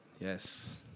Yes